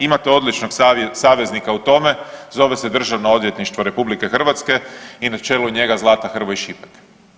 Imate odličnog saveznika u tome zove se Državno odvjetništvo RH i na čelu njega Zlata Hrvoj Šipek.